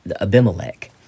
Abimelech